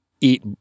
eat